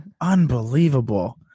Unbelievable